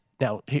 Now